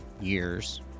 years